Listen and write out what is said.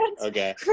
okay